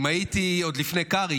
הייתי עוד לפני קרעי.